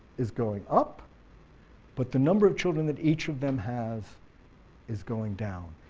is going up but the number of children that each of them have is going down.